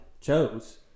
chose